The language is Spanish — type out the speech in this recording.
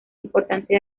importante